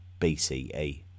BCE